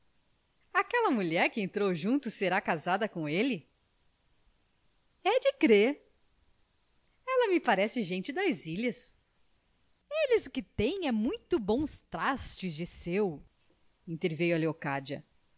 aquela mulher que entrou junto será casada com ele é de crer ela me parece gente das ilhas eles o que têm é muito bons trastes de seu interveio a leocádia